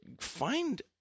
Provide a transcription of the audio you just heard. find